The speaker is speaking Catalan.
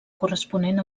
corresponent